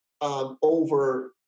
over